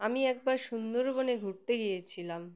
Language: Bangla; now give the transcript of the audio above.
আমি একবার সুন্দরবনে ঘুরতে গিয়েছিলাম